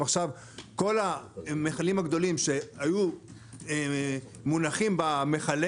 כעת כל המכלים הגדולים שהיו מונחים במכלי